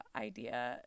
idea